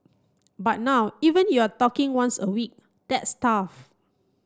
but now even you're talking once a week that's tough